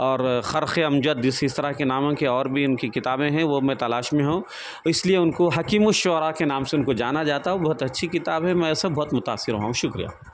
اور خرخ امجد جس اس طرح کے ناموں کے اور بھی ان کی کتابیں ہیں وہ میں تلاش میں ہوں اس لیے ان کو حکیم الشعراء کے نام سے ان کو جانا جاتا ہے وہ بہت اچھی کتاب ہے میں اس سے بہت متاثر ہوا ہوں شکریہ